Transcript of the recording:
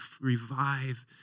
revive